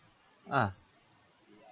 ah